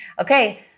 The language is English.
Okay